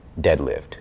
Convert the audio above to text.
deadlift